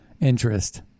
interest